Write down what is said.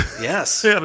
Yes